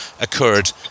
occurred